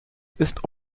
ist